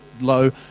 low